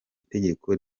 itegeko